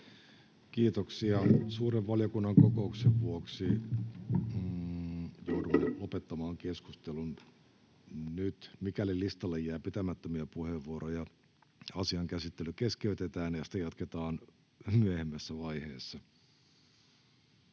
Kiitoksia. — Suuren valiokunnan kokouksen vuoksi joudumme lopettamaan keskustelun nyt. Mikäli listalle jää pitämättömiä puheenvuoroja, asian käsittely keskeytetään ja sitä jatketaan myöhemmässä vaiheessa.